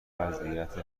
وضعیت